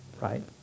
Right